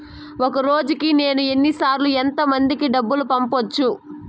ఒక రోజుకి నేను ఎన్ని సార్లు ఎంత మందికి డబ్బులు పంపొచ్చు?